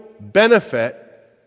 benefit